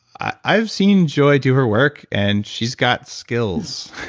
i've seen joy do her work and she's got skills.